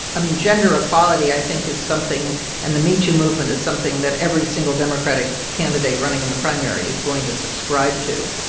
i mean, gender equality i think is something and the metoo movement is something that every single democratic candidate running in the primary is going to subscribe to.